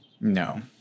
No